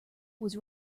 was